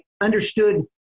understood